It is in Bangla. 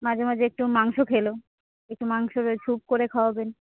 মাঝে মাঝে একটু মাংস খেলো একটু মাংসর ওই স্যুপ করে খাওয়াবেন